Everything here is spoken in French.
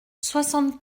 soixante